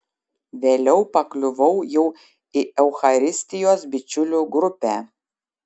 vėliau pakliuvau jau į eucharistijos bičiulių grupę